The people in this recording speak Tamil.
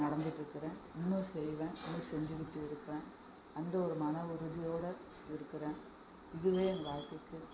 நடந்துகிட்ருக்குறேன் இன்னும் செய்வேன் இன்னும் செஞ்சுக்கிட்டு இருப்பேன் அந்த ஒரு மன உறுதியோடு இருக்கிறேன் இதுவே என் வாழ்க்கைக்கு